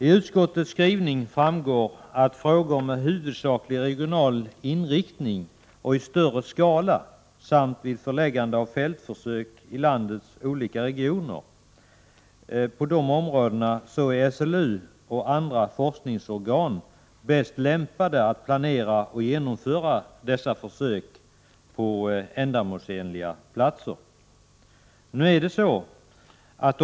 I utskottets skrivning framgår att i frågor med huvudsaklig regional inriktning och i större skala samt vid förläggande av fältförsök i landets olika regioner är SLU och andra forskningsorgan bäst lämpade att planera och genomföra försök på ändamålsenliga platser.